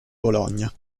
bologna